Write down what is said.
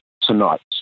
tonight